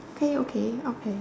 okay okay okay